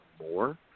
more